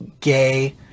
gay